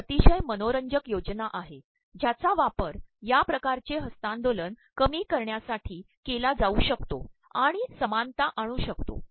एक अततशय मनोरंजक योजना आहे ज्याचा वापर या िकारचे हस्त्तांदोलन कमी करण्यासाठी के ला जाऊ शकतो आणण समानता आणूशकतो